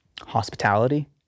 hospitality